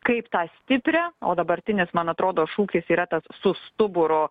kaip tą stiprią o dabartinis man atrodo šūkis yra tas su stuburu